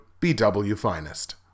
BWFINEST